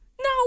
No